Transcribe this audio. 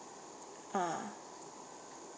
ah